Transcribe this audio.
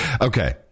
Okay